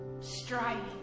striving